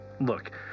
Look